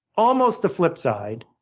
almost the flipside,